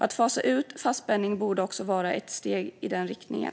Att fasa ut fastspänning borde vara ett steg i den riktningen.